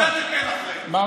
תודה.